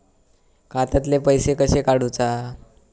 खात्यातले पैसे कशे काडूचा?